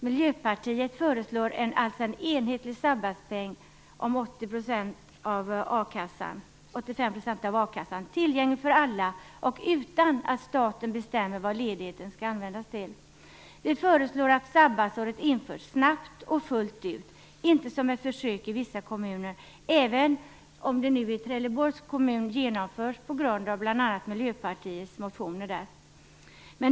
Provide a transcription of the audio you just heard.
Miljöpartiet föreslår alltså en enhetlig sabbatspoäng på 85 % av a-kassan, tillgänglig för alla och utan att staten bestämmer vad ledigheten skall användas till. Vi föreslår att sabbatsåret införs snabbt och fullt ut, inte som ett försök i vissa kommuner, även om det i Trelleborgs kommun genomförs på grund av bl.a. Miljöpartiets motioner där.